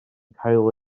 cael